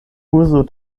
uzu